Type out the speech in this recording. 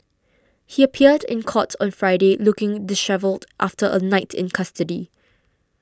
he appeared in court on Friday looking dishevelled after a night in custody